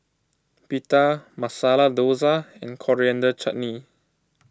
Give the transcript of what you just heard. Pita Masala Dosa and Coriander Chutney